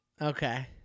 Okay